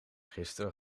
gisteren